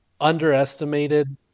underestimated